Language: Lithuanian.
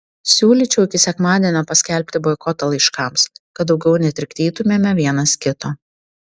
siūlyčiau iki sekmadienio paskelbti boikotą laiškams kad daugiau netrikdytumėme vienas kito